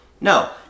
No